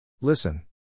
Listen